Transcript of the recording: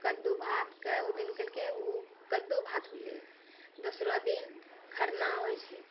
कद्दू भात के ओ दिन केलकै कद्दू भात होले दोसरो दिन खरना होइ छै